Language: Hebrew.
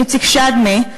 איציק שדמי,